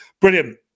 Brilliant